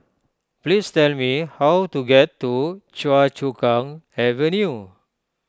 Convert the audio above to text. please tell me how to get to Choa Chu Kang Avenue